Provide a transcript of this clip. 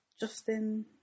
Justin